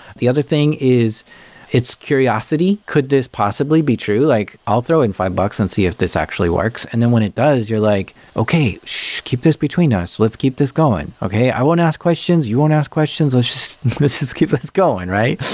the other thing is it's curiosity, could this possibly be true? like i'll throw in five bucks and see if this actually works, and then when it does you're like, okay, ssh. keep this between us. let's keep this going. okay, i won't ask questions. you won't ask questions. let's just keep ah this going, right?